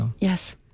Yes